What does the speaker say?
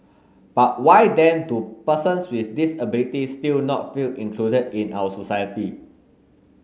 but why then do persons with disabilities still not feel included in our society